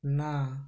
না